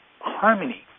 harmony